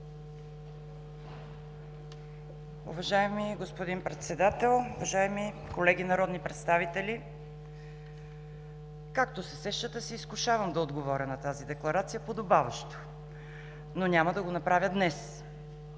Уважаеми господин Председател, уважаеми колеги народни представители! Както се сещате, се изкушавам да отговоря на тази декларация подобаващо, но няма да го направя днес.